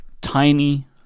tiny